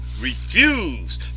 refuse